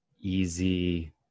easy